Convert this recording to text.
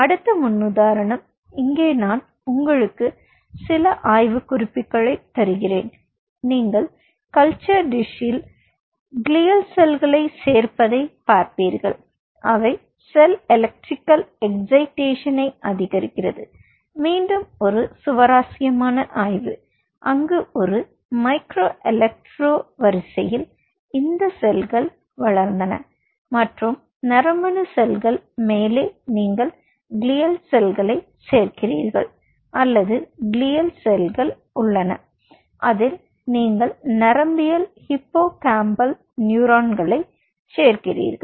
அடுத்த முன்னுதாரணம் இங்கே நான் உங்களுக்கு சில ஆய்வுக்குறிப்புகளை தருகிறேன் நீங்கள் கல்ச்சர் டிஷ்ஷில் க்ளியல் செல் சேர்ப்பதைப் பார்ப்பீர்கள் அவை செல் எலெக்ட்ரிக்கல் எக்சைடேசோனை அதிகரிக்கிறது மீண்டும் ஒரு சுவாரஸ்யமான ஆய்வு அங்கு ஒரு மைக்ரோ எலக்ட்ரோ வரிசையில் இந்த செல்கள் வளர்ந்தன மற்றும் நரம்பணு செல்கள் மேலே நீங்கள் க்ளியல் செல்களைச் சேர்க்கிறீர்கள் அல்லது க்ளியல் செல்கள் உள்ளன அதில் நீங்கள் நரம்பியல் ஹிப்போகாம்பல் நியூரான்களைச் சேர்க்கிறீர்கள்